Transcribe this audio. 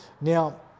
Now